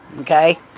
Okay